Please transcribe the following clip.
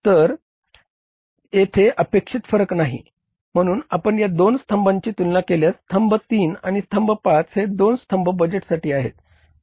तर येथे अपेक्षित फरक नाही म्हणून आपण या दोन स्तंभांची तुलना केल्यास स्तंभ 3 आणि स्तंभ 5 हे दोन स्तंभ बजेटसाठी आहेत बरोबर